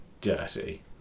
dirty